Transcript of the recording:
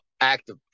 active